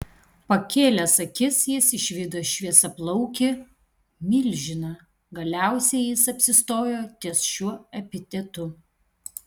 pakėlęs akis jis išvydo šviesiaplaukį milžiną galiausiai jis apsistojo ties šiuo epitetu